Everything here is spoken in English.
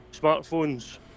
smartphones